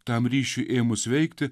tam ryšiui ėmus veikti